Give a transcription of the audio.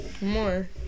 More